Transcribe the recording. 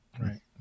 Right